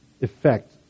effect